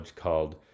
called